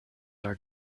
are